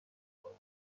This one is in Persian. بلوار